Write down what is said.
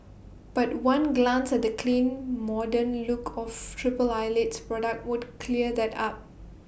but one glance at the clean modern look of triple Eyelid's products would clear that up